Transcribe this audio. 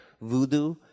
voodoo